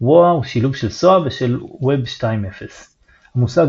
WOA הוא שילוב של SOA ושל וב 2.0. המושג